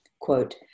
Quote